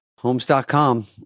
homes.com